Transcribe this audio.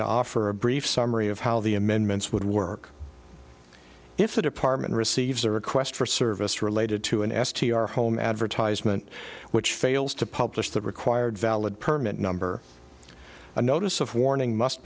to offer a brief summary of how the amendments would work if the department receives a request for service related to an s t r home advertisement which fails to publish the required valid permit number a notice of warning must